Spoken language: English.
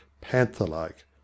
panther-like